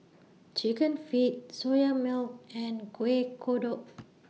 Chicken Feet Soya Milk and Kueh Kodok